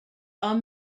are